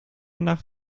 nach